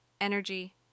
energy